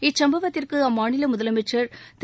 இச்சுப்பவத்திற்கு அம்மாநில முதலமைச்சா் திரு